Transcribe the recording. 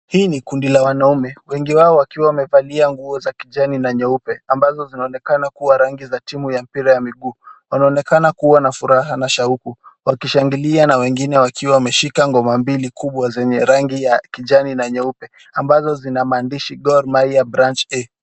Hii ni kundi la wanaume wengi wao wakiwa wamevalia nguo za kijani na nyeupe ambazo zinaonekana kuwa rangi za timu ya Moira ya miguu. Wanaonekana kuwa na furaha na shauku wakishangilia na wengine wakiwa wameshika ngoma mbili kubwa zenye rangi ya kijani na nyeupe ambazo zinamaandishi Gor Mahia Branch Team.